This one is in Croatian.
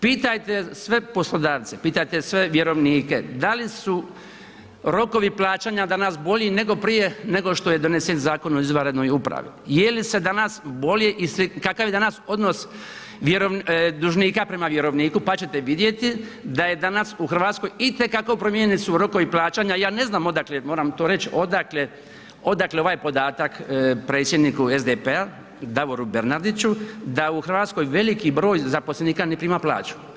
Pitajte sve poslodavce, pitajte sve vjerovnike da li su rokovi plaćanja danas bolji nego prije nego što je donesen Zakon o izvanrednoj upravi, je li se danas bolje, kakav je danas odnos dužnika prema vjerovniku, pa ćete vidjeti da je danas u Hrvatskoj i te kako promijenjeni su rokovi plaćanja, ja ne znam odakle, moram to reći, odakle ovaj podatak predsjedniku SDP-a Davoru Bernardiću da u Hrvatskoj veliki broj zaposlenika ne prima plaću.